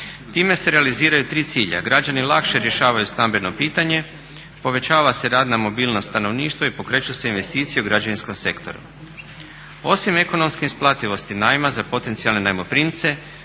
Time se realiziraju tri cilja, građani lakše rješavaju stambeno pitanje, povećava se radna mobilnost stanovništva i pokreću se investicije u građevinskom sektoru. Osim ekonomske isplativosti najma za potencijalne najmoprimce